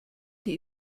die